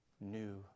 New